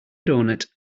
doughnut